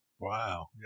Wow